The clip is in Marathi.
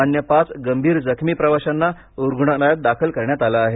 अन्य पाच गंभीर जखमी प्रवाशांना रुग्णालयात दाखल करण्यात आलं आहे